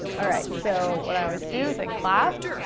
alright, so what i always do is i clap